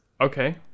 okay